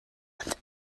ond